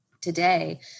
today